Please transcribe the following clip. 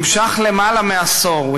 נמשך למעלה מעשור.